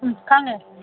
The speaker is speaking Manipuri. ꯎꯝ ꯈꯪꯉꯦ